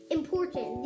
Important